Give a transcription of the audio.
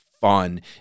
fun